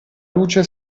luce